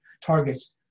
targets